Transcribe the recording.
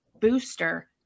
booster